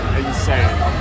insane